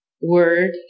word